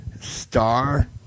Star